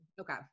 Okay